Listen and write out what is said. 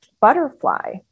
butterfly